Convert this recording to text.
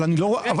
אבל אני לא רואה,